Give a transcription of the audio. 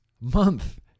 month